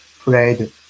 played